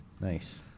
Nice